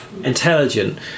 intelligent